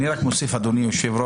אני רק מוסיף על מה שאמרת,